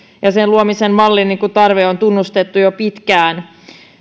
ja sen mallin luomisen tarve on tunnustettu jo pitkään